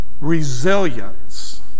Resilience